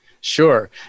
Sure